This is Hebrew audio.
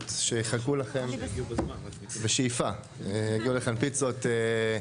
ואולי גם נושאים נוספים.